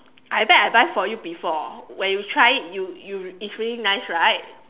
I bet I buy for you before when you try it you you it's really nice right